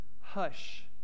hush